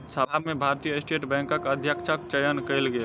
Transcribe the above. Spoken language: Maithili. सभा में भारतीय स्टेट बैंकक अध्यक्षक चयन कयल गेल